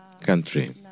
country